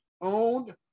owned